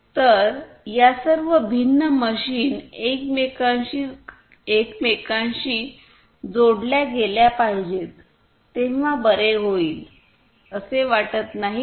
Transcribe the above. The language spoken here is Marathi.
तर या सर्व भिन्न मशीन एकमेकांशी एकमेकांशी जोडल्या गेल्या पाहिजेत तेव्हा बरे होईल असे वाटत नाही का